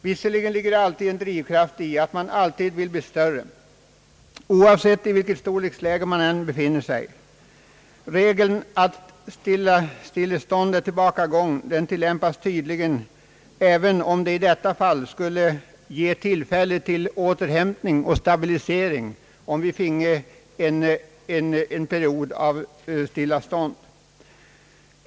Visserligen ligger det en drivkraft i att man alltid vill bli större oavsett i vilket storleksläge man än befinner sig. Regeln att stillestånd är tillbakagång tillämpas tydligen, även om det i detta fall skulle innebära tillfälle till återhämtning och stabilisering om vi finge en period av stillestånd.